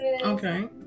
Okay